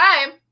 time